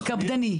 קפדני.